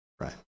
Right